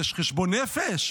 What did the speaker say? יש חשבון יפה?